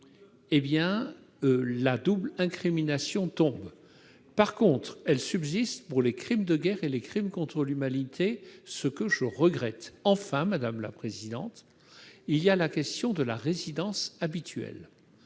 génocide la double incrimination tombe. En revanche, elle subsisterait pour les crimes de guerre et les crimes contre l'humanité, ce que je regrette. Enfin, il reste la question de la résidence habituelle.